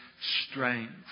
strength